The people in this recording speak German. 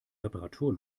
reparatur